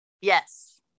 Yes